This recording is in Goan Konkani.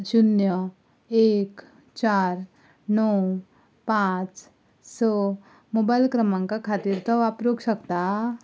शुन्य एक चार णोव पांच स मोबायल क्रमांका खातीर तो वापरूक शकता